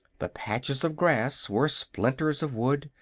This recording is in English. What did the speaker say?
the patches of grass were splinters of wood,